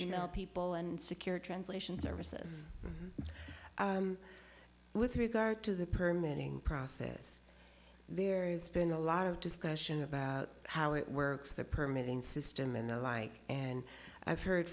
know people and secure translation services with regard to the permit ing process there has been a lot of discussion about how it works the permitting system and the like and i've heard